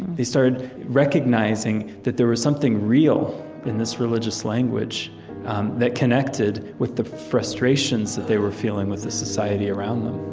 they started recognizing that there was something real in this religious language that connected with the frustrations that they were feeling with the society around them